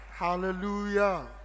hallelujah